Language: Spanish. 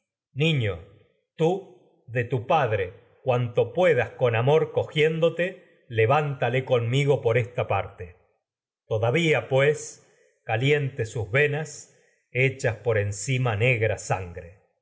niño tú de tu padre cuanto puedas con amor cogiéndote levántale conmigo por esta parte todavía pués calientes sus venas echan por encima negra sangre